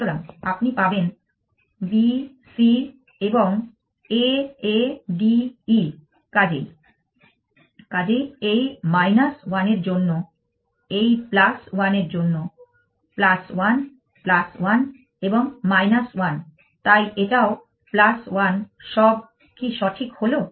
সুতরাং আপনি পাবেন B C এবং A A D E কাজেই এই 1 এর জন্য এই 1 এর জন্য 1 1 এবং 1 তাই এটাও 1 সব কি সঠিক হল